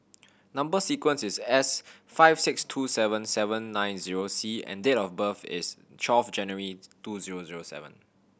number sequence is S five six two seven seven nine zero C and date of birth is twelve January two zero zero seven